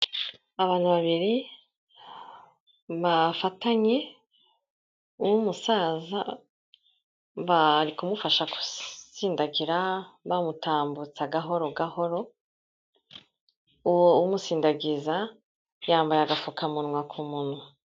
Abantu babiri bafatanye, ni umusaza bari kumufasha gusindagira bamutambutsa gahoro gahoro, uwo umusindagiza yambaye agapfukamunwa ku munwa.